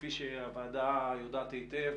שכפי שהוועדה יודעת היטב